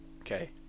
okay